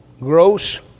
gross